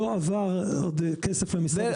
מהתקציב של 1,700 לא עבר עוד כסף למשרד השיכון,